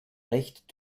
recht